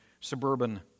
suburban